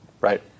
Right